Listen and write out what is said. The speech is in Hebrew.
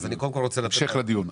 בהמשך לדיון.